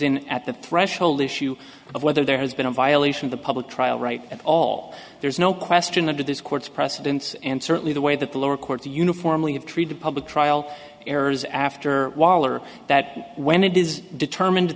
in at the threshold issue of whether there has been a violation of the public trial right at all there's no question of this court's precedents and certainly the way that the lower courts uniformly have treated public trial errors after waller that when it is determined that